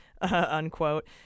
unquote